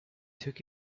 took